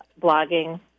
blogging